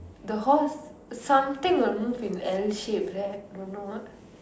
the horse something will move in every shape right don't know what